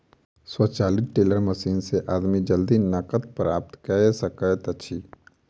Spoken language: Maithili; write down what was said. स्वचालित टेलर मशीन से आदमी जल्दी नकद प्राप्त कय सकैत अछि